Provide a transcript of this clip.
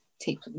take